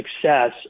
success